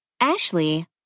Ashley